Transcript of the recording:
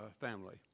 family